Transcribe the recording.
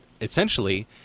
essentially